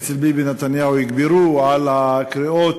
אצל ביבי נתניהו יגברו על הקריאות